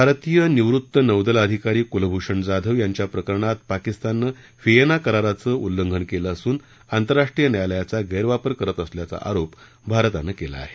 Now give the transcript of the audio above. भारतीय निवृत्त नौदल अधिकारी कुलभूषण जाधव यांच्या प्रकरणात पाकिस्ताननं व्हिएन्ना कराराचं उल्लंघन केलं असून आंतरराष्ट्रीय न्यायालयाचा गैरवापर करत असल्याचा आरोप भारतानं केला आहे